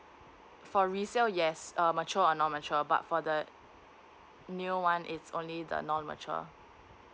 for resale yes um matured or non matured about for the new one it's only the non mutured